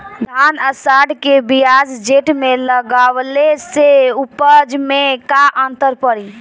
धान आषाढ़ के बजाय जेठ में लगावले से उपज में का अन्तर पड़ी?